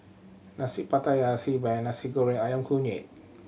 Nasi Pattaya Xi Ban Nasi Goreng Ayam Kunyit